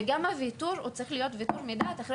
וגם הוויתור צריך להיות ויתור מדעת אחרי